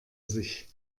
sich